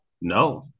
No